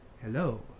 Hello